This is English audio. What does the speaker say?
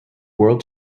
world